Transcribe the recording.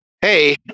hey